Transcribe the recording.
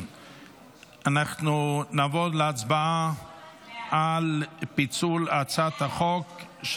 אנחנו נעבור להצבעה על פיצול הצעת החוק,